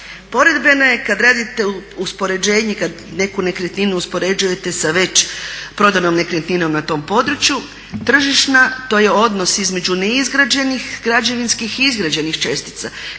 Poredbena je kada radite uspoređenje, kada neku nekretninu uspoređujete sa već prodanom nekretninom na tom području, tržišna, to je odnos između neizgrađenih građevinskih i izgrađenih čestica.